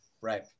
right